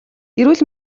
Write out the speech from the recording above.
эрүүл